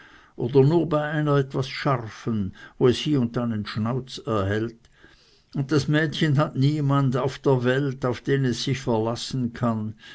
oder nur bei einer etwas scharfen wo es hie und da einen schnauz erhält und das mädchen hat weiter niemand auf der welt auf den es sich verlassen kann